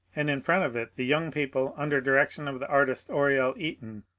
and in front of it the young people, under direction of the artist oriel eaton,